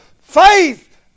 faith